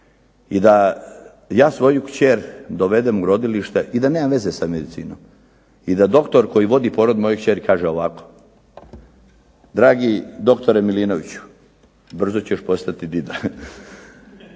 I da ja svoju kćer dovedem u rodilište i da nemam veze sa medicinom i da doktor koji vodi porod moje kćeri kaže ovako: dragi doktore Milinoviću brzo ćeš postati dida.